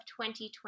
2020